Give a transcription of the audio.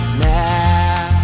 now